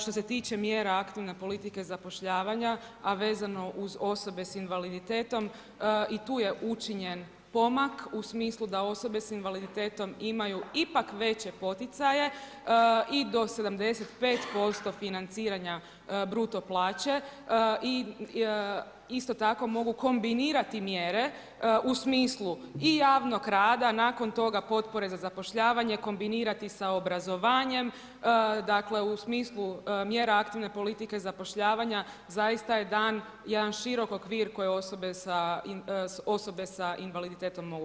Što se tiče mjera aktivne politike zapošljavanja, a vezano uz osobe s invaliditetom i tu je učinjen pomak u smislu da osobe s invalidititetom imaju ipak veće poticaje i do 75% financiranja bruto plaće i isto tako mogu kombinirati mjere u smislu i javnog rada, nakon toga potpore za zapošljavanje, kombinirati sa obrazovanjem, dakle, u smislu mjera aktivne politike zapošljavanja zaista je dan jedan širok okvir kojeg osobe sa invaliditetom mogu koristiti.